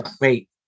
wait